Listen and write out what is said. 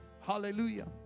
hallelujah